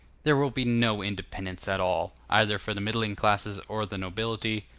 there will be no independence at all, either for the middling classes or the nobility,